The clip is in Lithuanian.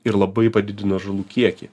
ir labai padidino žalų kiekį